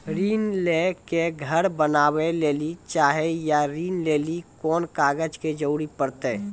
ऋण ले के घर बनावे लेली चाहे या ऋण लेली कोन कागज के जरूरी परतै?